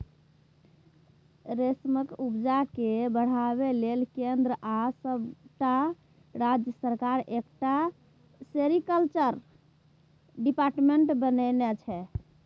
रेशमक उपजा केँ बढ़ाबै लेल केंद्र आ सबटा राज्य सरकार एकटा सेरीकल्चर डिपार्टमेंट बनेने छै